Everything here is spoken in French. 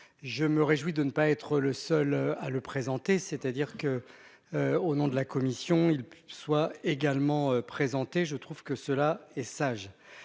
Je me réjouis de ne pas être le seul à le présenter, c'est-à-dire que. Au nom de la commission il soit également présenté je trouve que cela est sage.